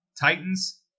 Titans